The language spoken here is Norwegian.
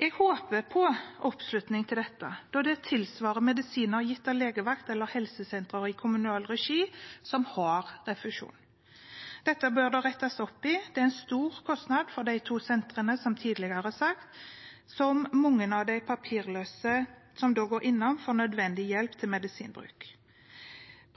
Jeg håper på oppslutning til dette da tilsvarende medisiner gitt av legevakter eller helsesentre i kommunal regi har refusjon. Dette bør det rettes opp i. Som tidligere sagt er dette en stor kostnad for de to sentrene som mange av de papirløse går innom for nødvendig hjelp til medisinbruk.